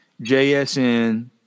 JSN